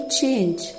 change